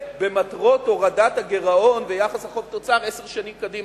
ובמטרות הורדת הגירעון ויחס החוב תוצר עשר שנים קדימה.